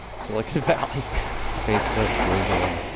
silicon valley facebook, google,